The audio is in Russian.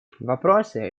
вопросы